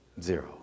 Zero